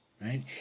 right